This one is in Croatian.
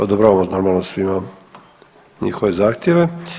Odobravamo normalno svima njihove zahtjeve.